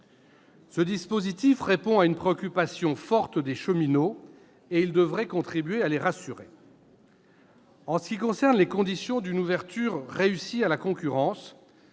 Ce dispositif, qui répond à une préoccupation forte des cheminots, devrait contribuer à rassurer ceux-ci. En ce qui concerne les conditions d'une ouverture réussie à la concurrence,